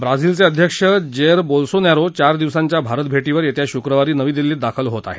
ब्राझीलचे अध्यक्ष Jair Bolsonaro चार दिवसांच्या भारत भेटीवर येत्या शुक्रवारी नवी दिल्लीत दाखल होत आहेत